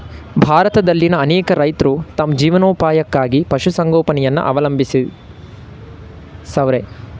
ಭಾರತದಲ್ಲಿನ್ ಅನೇಕ ರೈತ್ರು ತಮ್ ಜೀವನೋಪಾಯಕ್ಕಾಗಿ ಪಶುಸಂಗೋಪನೆಯನ್ನ ಅವಲಂಬಿಸವ್ರೆ